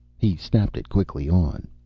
he snapped it quickly on.